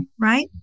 right